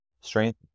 strength